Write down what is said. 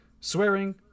swearing